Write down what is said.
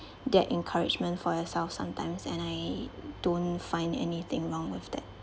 that encouragement for yourself sometimes and I don't find anything wrong with that